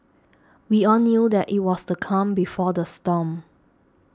we all knew that it was the calm before the storm